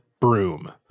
broom